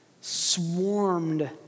swarmed